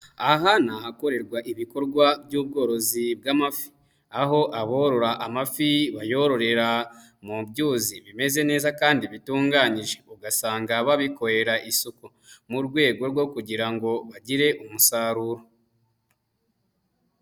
Aha ni ahakorerwa ibikorwa by'ubworozi bw'amafi, aho aborora amafi bayororera mu byuzi bimeze neza kandi bitunganyije, ugasanga babikorera isuku mu rwego rwo kugira ngo bagire umusaruro.